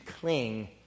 cling